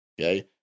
Okay